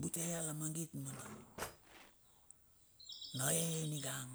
Bute ia lamangit mena ae ningang